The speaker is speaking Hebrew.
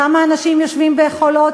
כמה אנשים יושבים ב"חולות",